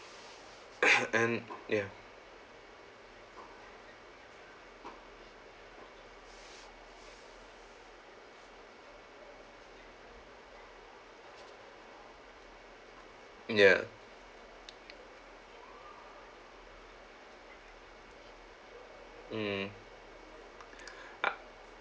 and ya ya mm I